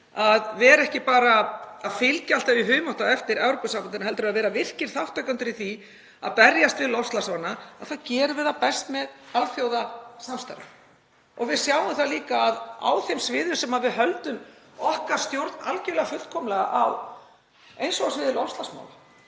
að vera ekki bara að fylgja alltaf í humátt á eftir Evrópusambandinu heldur að vera virkir þátttakendur í því að berjast við loftslagsvána þá gerum við það best með alþjóðasamstarfi. Við sjáum líka að á þeim sviðum þar sem við höldum okkar stjórn algjörlega og fullkomlega, eins og á sviði loftslagsmála,